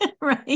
right